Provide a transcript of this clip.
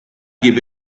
give